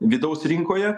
vidaus rinkoje